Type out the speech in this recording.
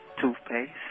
toothpaste